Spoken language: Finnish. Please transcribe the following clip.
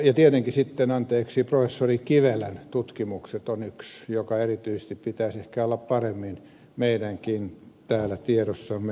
ja tietenkin sitten anteeksi professori kivelän tutkimukset ovat yksi kokonaisuus jonka erityisesti pitäisi ehkä olla paremmin täällä meidänkin tiedossamme